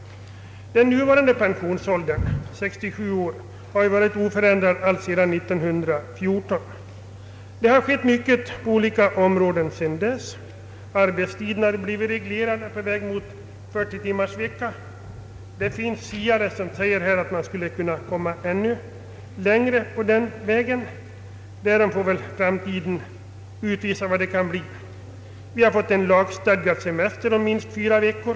Den nuvarande pensionsåldern, 67 år, har varit oförändrad allsedan 1914. Mycket har skett på olika områden sedan dess. Arbetstiden har blivit reglerad på väg mot 40-timmarsvecka. Det finns siare som säger att man skulle kunna komma ännu längre på den vägen — hur det kan bli får väl framtiden utvisa. Vi har fått en lagstadgad semester om minst fyra veckor.